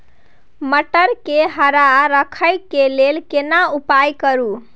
मटर के हरा रखय के लिए केना उपाय करू?